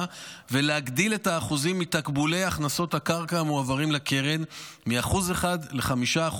ולהגדיל את האחוזים מתקבולי הכנסות הקרקע המועברים לקרן מ-1% ל-5%,